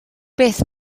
beth